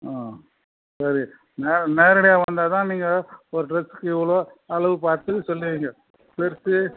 ஆ சரி நேர நேரடியாக வந்தா தான் நீங்கள் ஒரு ட்ரெஸ்க்கு இவ்வளோ அளவு பார்த்து சொல்லுவீங்க பெருசு